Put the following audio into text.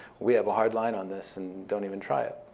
we have a hard line on this and don't even try it.